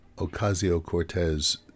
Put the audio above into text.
Ocasio-Cortez